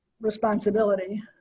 responsibility